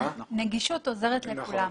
נכון,